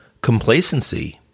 Complacency